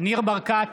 ניר ברקת,